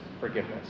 forgiveness